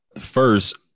first